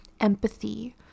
empathy